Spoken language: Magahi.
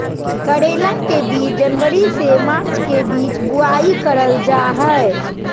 करेला के बीज जनवरी से मार्च के बीच बुआई करल जा हय